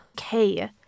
okay